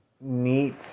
neat